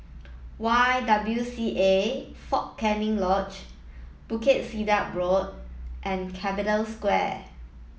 Y W C A Fort Canning Lodge Bukit Sedap Road and Capital Square